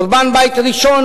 חורבן בית ראשון,